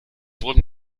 wurden